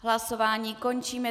Hlasování končím.